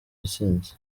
intsinzi